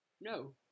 No